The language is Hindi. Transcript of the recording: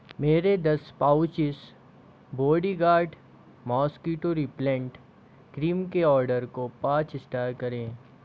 मेरे दस pouches bodyguard mosquito repellent cream के ऑर्डर को पाँच स्टार करें